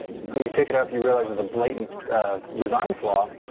when you pick it up, you realize there's a blatant design flaw,